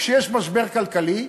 כשיש משבר כלכלי,